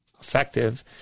effective